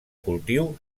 cultiu